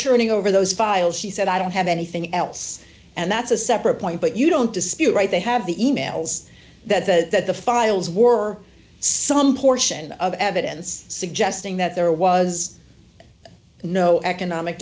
turning over those files she said i don't have anything else and that's a separate point but you don't dispute right they have the e mails that the that the files were some portion of evidence suggesting that there was no economic